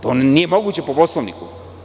To nije moguće po Poslovniku.